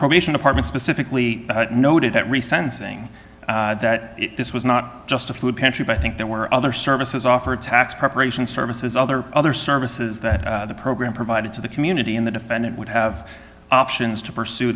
probation department specifically noted that resigned saying that this was not just a food pantry but i think there were other services offered tax preparation services other other services that the program provided to the community in the defendant would have options to pursue